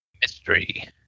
Mystery